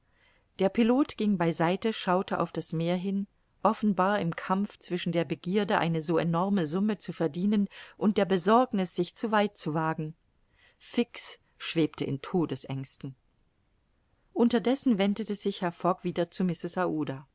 der pilot ging bei seite schaute auf das meer hin offenbar im kampf zwischen der begierde eine so enorme summe zu verdienen und der besorgniß sich zu weit zu wagen fix schwebte in todesängsten unterdessen wendete sich herr fogg wieder zu mrs